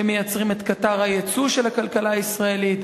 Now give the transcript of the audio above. שמייצרים את קטר היצוא של הכלכלה הישראלית.